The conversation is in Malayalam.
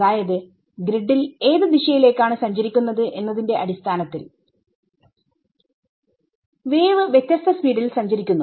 അതായത് ഗ്രിഡിൽ ഏത് ദിശയിലേക്കാണ് സഞ്ചരിക്കുന്നത് എന്നതിന്റെ അടിസ്ഥാനത്തിൽ വേവ് വ്യത്യസ്ത സ്പീഡിൽ സഞ്ചരിക്കുന്നു